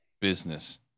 business